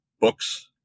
books